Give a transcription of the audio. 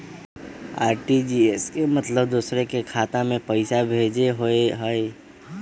RTGS के मतलब दूसरे के खाता में पईसा भेजे होअ हई?